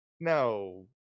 No